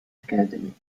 academy